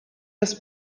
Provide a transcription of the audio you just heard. das